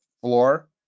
floor